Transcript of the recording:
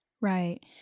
Right